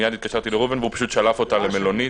מיד התקשרתי לראובן והוא פשוט שלף אותה למלונית.